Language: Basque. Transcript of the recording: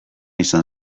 izan